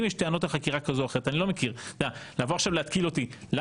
אם יש טענות לחקירה כזו או אחרת,